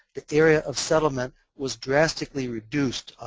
the area of settlement was drastically reduced.